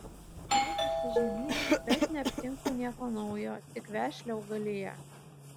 leidžiuosi žemyn bet neaptinku nieko naujo tik vešlią augaliją